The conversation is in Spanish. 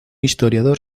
historiador